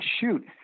shoot